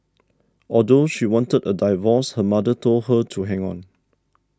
although she wanted a divorce her mother told her to hang on